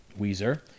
Weezer